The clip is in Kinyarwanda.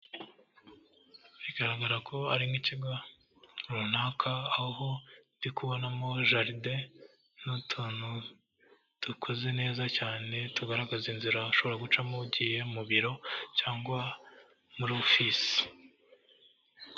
Bigaragara ko ari nk'ikigo runaka aho ndi kubonamo jaride n'utuntu dukoze neza cyane tugaragaza inzira ushobora gucamo ugiye mu biro cyangwa mu ofisi.